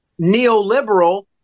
neoliberal